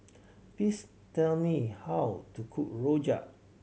please tell me how to cook rojak